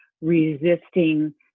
resisting